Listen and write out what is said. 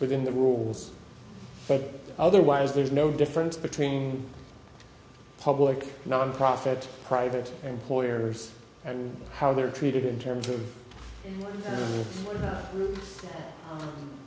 within the rules but otherwise there's no difference between public nonprofit private employers and how they're treated in terms of